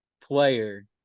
player